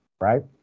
right